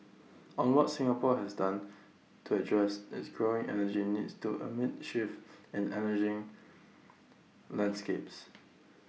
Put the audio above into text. on what Singapore has done to address its growing energy needs to amid shifts in energy landscapes